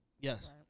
Yes